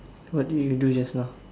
what did you do just now